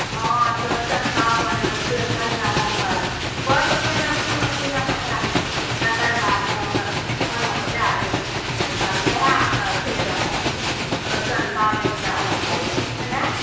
हॅं चौड़चन पाबनि होइ छै पहिने अहाँके घरके पहिने खाना पीना बना लेबाक चाही तकर बाद अहाँके खाना बना लेत तकर बाद नहाकऽ फेर अहाँ चौड़चन पाबनिमे अहाँके उथी बनायब